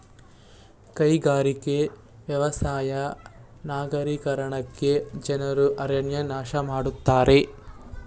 ಕೈಗಾರಿಕೆ, ವ್ಯವಸಾಯ ನಗರೀಕರಣಕ್ಕೆ ಜನರು ಅರಣ್ಯ ನಾಶ ಮಾಡತ್ತಿದ್ದಾರೆ